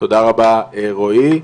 תודה רבה רועי,